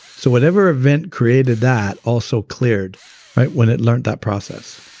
so whatever event created that also cleared when it learnt that process